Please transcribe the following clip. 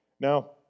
Now